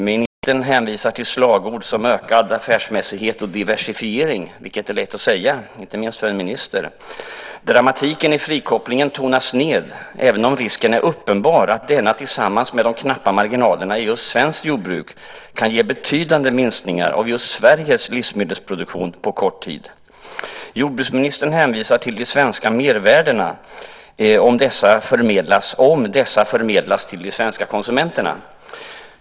Ministern hänvisar till slagord som ökad affärsmässighet och diversifiering, vilket är lätt att säga - inte minst för en minister. Dramatiken i frikopplingen tonas ned även om risken är uppenbar att denna tillsammans med de knappa marginalerna i svenskt jordbruk kan ge betydande minskningar av just Sveriges livsmedelsproduktion på kort tid. Jordbruksministern hänvisar till de svenska mervärdena om dessa förmedlas till de svenska konsumenterna.